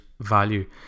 value